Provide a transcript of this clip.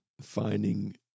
Finding